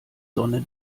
sonne